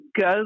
go